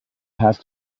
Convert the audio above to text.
has